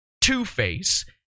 Two-Face